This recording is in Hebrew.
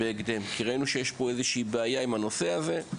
כי ראינו שיש איזו שהיא בעיה עם הנושא הזה.